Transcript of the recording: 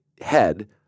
head